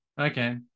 Okay